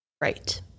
Right